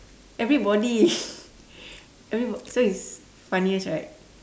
everybody everybo~ so it's funniest right